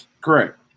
Correct